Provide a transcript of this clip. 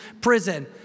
prison